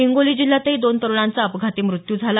हिंगोली जिल्ह्यातही दोन तरुणांचा अपघाती मृत्यू झाला